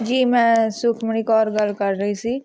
ਜੀ ਮੈਂ ਸੁਖਮਣੀ ਕੌਰ ਗੱਲ ਕਰ ਰਹੀ ਸੀ